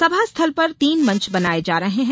सभा स्थल पर तीन मंच बनाऐ जा रहे हैं